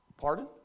pardon